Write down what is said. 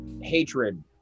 hatred